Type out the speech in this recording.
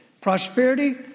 prosperity